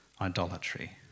idolatry